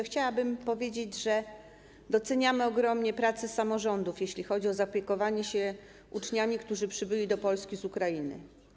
Chciałbym powiedzieć, że doceniamy ogromnie pracę samorządów, jeśli chodzi o zaopiekowanie się uczniami, którzy przybyli do Polski z Ukrainy.